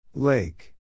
Lake